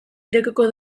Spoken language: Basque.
irekiko